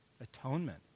Atonement